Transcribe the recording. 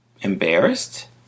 embarrassed